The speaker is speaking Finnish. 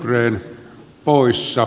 arvoisa puhemies